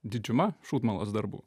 didžiuma šūdmalos darbų